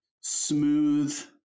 smooth